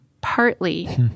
partly